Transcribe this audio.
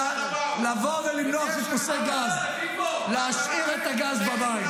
לבוא ולמנוע חיפושי גז, להשאיר את הגז במים.